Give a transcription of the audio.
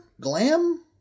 glam